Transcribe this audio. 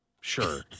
Sure